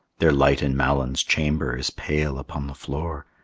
their light in malyn's chamber is pale upon the floor,